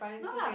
no lah